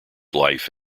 life